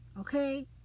okay